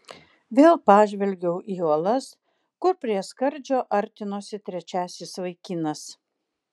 vėl pažvelgiau į uolas kur prie skardžio artinosi trečiasis vaikinas